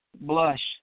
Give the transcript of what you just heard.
Blush